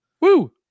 Woo